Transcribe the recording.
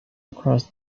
across